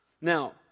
Now